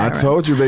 ah told you, baby,